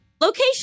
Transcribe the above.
location